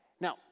Now